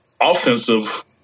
offensive